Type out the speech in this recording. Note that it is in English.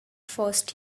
first